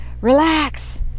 relax